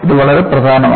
ഇത് വളരെ പ്രധാനമാണ്